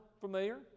familiar